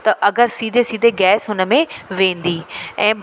त अगरि सीधे सीधे गैस हुन में वेंदी ऐं